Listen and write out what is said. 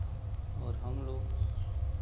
और हम लोग